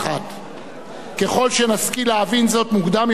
ככל שנשכיל להבין זאת מוקדם יותר כך